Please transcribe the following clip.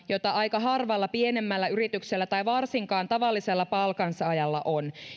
jota aika harvalla pienemmällä yrityksellä tai varsinkaan tavallisella palkansaajalla on